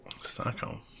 Stockholm